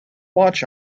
watch